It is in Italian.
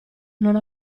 non